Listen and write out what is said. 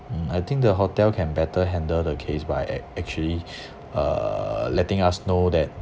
mm I think the hotel can better handle the case by ac~ actually uh letting us know that